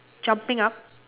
jumping up